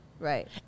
Right